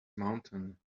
mountain